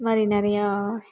இதுமாதிரி நிறையா